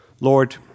Lord